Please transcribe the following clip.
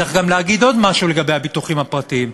צריך להגיד גם עוד משהו לגבי הביטוחים הפרטיים,